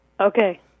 Okay